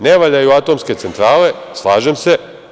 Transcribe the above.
Ne valjaju atomske centrale, slažem se.